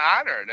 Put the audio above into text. honored